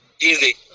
Easy